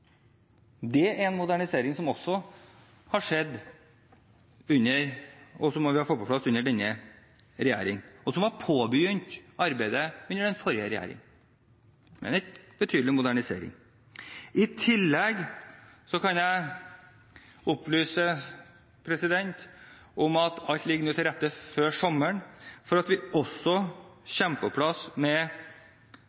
er også en modernisering som vi har fått på plass under denne regjeringen, et arbeid som var påbegynt under den forrige regjeringen – en betydelig modernisering. I tillegg kan jeg opplyse om at alt ligger til rette nå før sommeren for at vi også får på plass